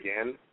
again